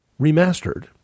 Remastered